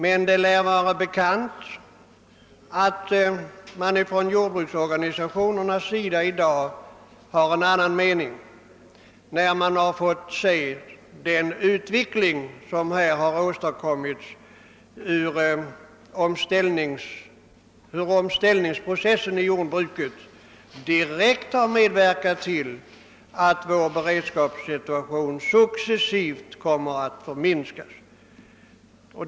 Det lär dock vara bekant att man bland jordbruksorganisationerna har en annan mening i dag, sedan man har fått se den utveckling som har åstadkommits och hur omställningsprocessen i jordbruket direkt har medverkat till att vår beredskapssituation successivt försämras.